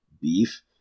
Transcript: beef